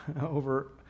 over